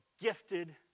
gifted